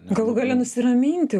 galų gale nusiraminti